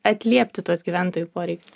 atliepti tuos gyventojų poreikius